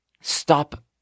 stop